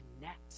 connect